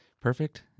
perfect